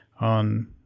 on